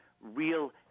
real